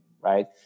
right